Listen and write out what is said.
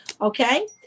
Okay